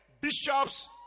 bishops